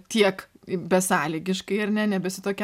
tiek besąlygiškai ar ne nebesi tokia